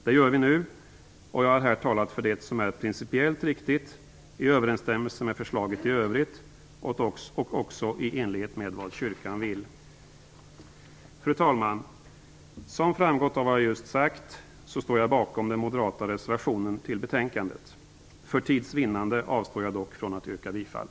Det gör vi nu, och jag har här talat för det som är principiellt riktigt, i överensstämmelse med förslaget i övrigt och också i enlighet med vad kyrkan vill. Fru talman! Som framgått av vad jag just sagt står jag bakom den moderata reservationen till betänkandet. För tids vinnande avstår jag dock från att yrka bifall.